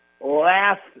last